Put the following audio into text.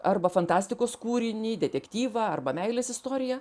arba fantastikos kūrinį detektyvą arba meilės istoriją